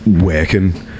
working